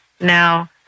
Now